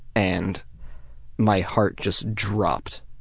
and my heart just dropped